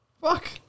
Fuck